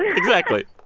exactly.